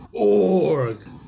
Org